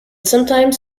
sometimes